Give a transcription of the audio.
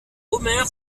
omer